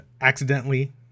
accidentally